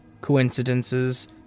coincidences